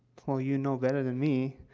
well, you know better than me,